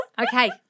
Okay